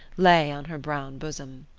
lay on her brown bosom.